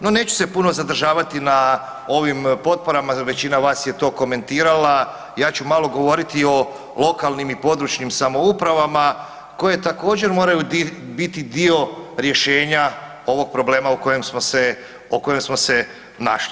No, neću se puno zadržavati na ovim potporama, većina vas je to komentirala, ja ću malo govoriti o lokalnim i područnim samoupravama koje također, moraju biti dio rješenja ovog problema u kojem smo se našli.